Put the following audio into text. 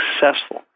successful